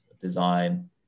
design